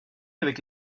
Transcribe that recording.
avec